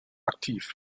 aktiv